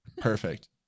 Perfect